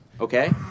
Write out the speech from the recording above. Okay